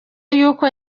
y’uko